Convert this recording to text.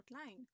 outline